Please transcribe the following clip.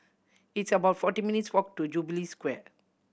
it's about forty minutes' walk to Jubilee Square